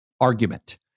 argument